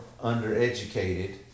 undereducated